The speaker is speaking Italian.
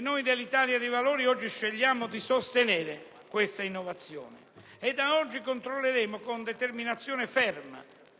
Noi dell'Italia dei Valori scegliamo di sostenere questa innovazione e da oggi controlleremo con determinazione ferma